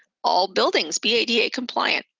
all buildings be ada compliant.